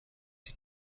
die